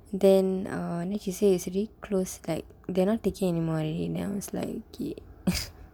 then err then she say it's already closed like they're not taking anymore already then I was like okay